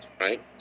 right